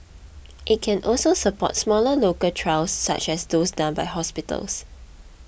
it can also support smaller local trials such as those done by hospitals